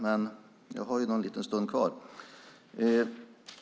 Men jag har en stund kvar.